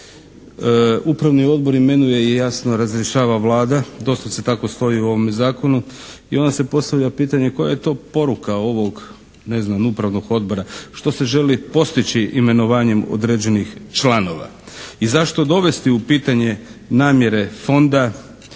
Upravni odbor imenuje i, jasno, razrješava Vlada. Doslovce tako stoji u ovome Zakonu i onda se postavlja pitanje koja je to poruka ovog, ne znam, Upravnog odbora. Što se želi postići imenovanjem određenih članova? I zašto dovesti u pitanje namjere Fonda